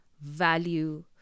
value